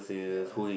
ya